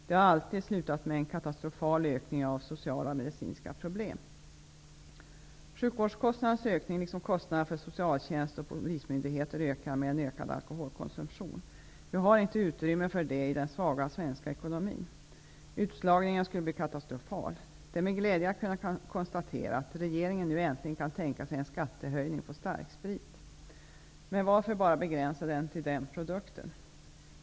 Det har alltid slutat med en katastrofal ökning av sociala och medicinska problem. Sjukvårdskostnaderna, liksom kostnaderna för socialtjänst och polismyndigheter, ökar med en ökad alkoholkonsumtion. Vi har inte utrymme för det i den svaga svenska ekonomin. Utslagningen skulle bli katastrofal. Det är med glädje jag har kunnat konstatera att regeringen nu äntligen kan tänka sig en skattehöjning på starksprit. Men varför skall man begränsa den till enbart den produkten?